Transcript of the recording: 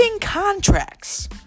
contracts